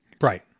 Right